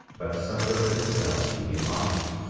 but suffereth himself to be mocked,